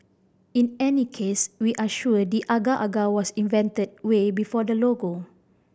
in any case we are sure the agar agar was invented way before the logo